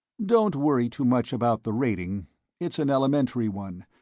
don't worry too much about the rating it's an elementary one,